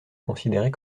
considérée